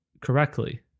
correctly